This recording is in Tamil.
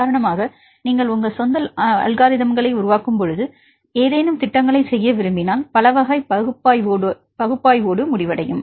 உதாரணமாக நீங்கள் உங்கள் சொந்த அலகாரித்ம்களை உருவாக்கும்போது நீங்கள் ஏதேனும் திட்டங்களைச் செய்ய விரும்பினால் மற்றும் பல வகை பகுப்பாய்வோடு முடிவடையும்